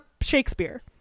Shakespeare